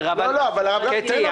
קטי,